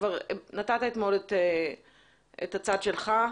כבר נתת אתמול את הצד שלך.